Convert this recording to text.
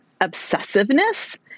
obsessiveness